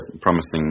promising